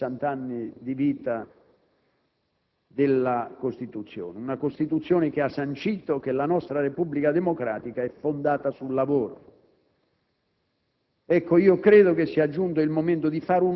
Il prossimo 1° gennaio celebreremo i primi 60 anni di vita della Costituzione, una Costituzione che ha sancito che la nostra Repubblica democratica è fondata sul lavoro.